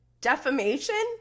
defamation